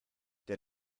der